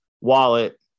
wallet